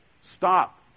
Stop